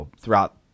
throughout